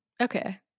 Okay